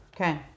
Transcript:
Okay